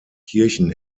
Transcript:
kirchen